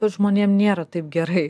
žmonėm nėra taip gerai